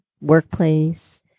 workplace